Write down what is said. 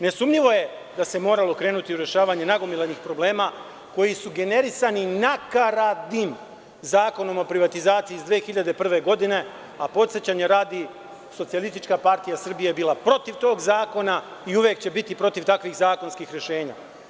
Ne sumnjivo je da se moralo krenuti u rešavanje nagomilanih problema koji su generisani nakaradnim Zakonom o privatizaciji iz 2001. godine, a podsećanja radi, SPS je bila protiv tog zakona i uvek će biti protiv takvih zakonskih rešenja.